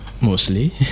mostly